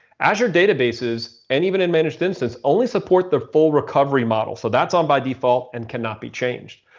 azure databases, and even in managed instance, only support the full recovery model. so that's on by default and cannot be changed.